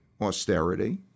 austerity